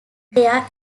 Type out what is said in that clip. their